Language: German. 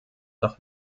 noch